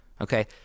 Okay